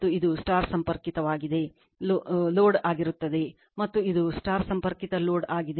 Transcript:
ಮತ್ತು ಇದು star ಸಂಪರ್ಕಿತವಾಗಿದೆ ಲೋಡ್ ಆಗುತ್ತದೆ ಮತ್ತು ಇದು star ಸಂಪರ್ಕಿತ ಲೋಡ್ ಆಗಿದೆ